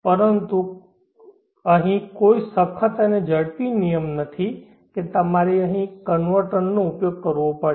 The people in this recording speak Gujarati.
પરંતુ અહીં કોઈ સખત અને ઝડપી નિયમ નથી કે તમારે અહીં કન્વર્ટરનો ઉપયોગ કરવો પડશે